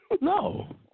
No